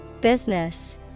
Business